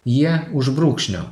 jie už brūkšnio